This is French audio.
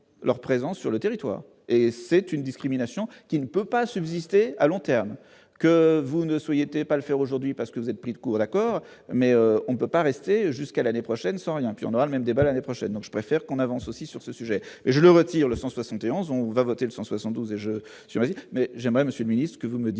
leur présence sur le territoire et c'est une discrimination qui ne peut pas subsister à long terme que vous ne souhaitait pas le faire aujourd'hui parce que vous êtes pris de cours d'accord mais on ne peut pas rester jusqu'à l'année prochaine sera l'puis on aura le même débat l'année prochaine, donc je préfère qu'on avance aussi sur ce sujet et je le retire le 171 on va voter 272 et je suis mais j'aimerais, monsieur, que vous me disiez